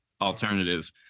alternative